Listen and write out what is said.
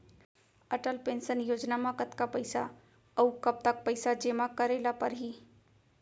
Atal pension Yojana म कतका पइसा, अऊ कब तक पइसा जेमा करे ल परही?